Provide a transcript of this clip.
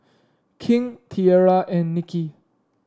King Tierra and Nicky